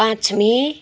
पाँच मे